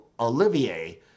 Olivier